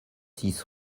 six